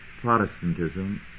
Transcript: Protestantism